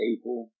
April